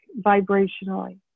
vibrationally